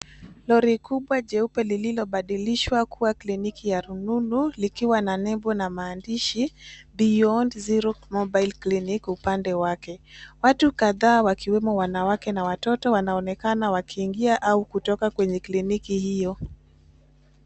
Lori kubwa jeupe lililobadilishwa kuwa kliniki ya rununu likiwa na lembo na maandishi [beyond zero mobile clinic ]upande wake, watu kadhaa wakiwemo wanawake na watoto wanaonekana wakiingia na kutoka kwenye kliniki hiyo.